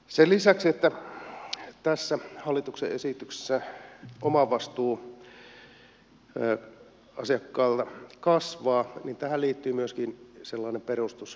sen lisäksi että tässä hallituksen esityksessä omavastuu asiakkaalla kasvaa niin tähän liittyy myöskin perustuslaillinen ongelma